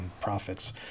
profits